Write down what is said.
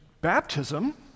baptism